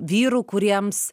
vyrų kuriems